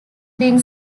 being